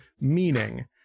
meaning